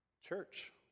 Church